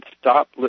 stop